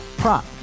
Prop